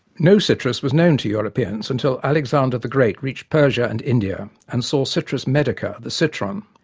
no citrus was known to europeans until alexander the great reached persia and india and saw citrus medica, the citron.